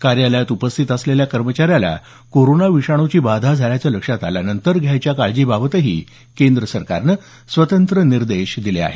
कार्यालयात उपस्थित असलेल्या कर्मचाऱ्याला कोरोना विषाणूची बाधा झाल्याचं लक्षात आल्यानंतर घ्यावयाच्या काळजीबाबतही केंद्र सरकारनं स्वतंत्र निर्देश दिले आहेत